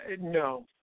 no